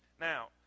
Now